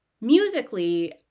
Musically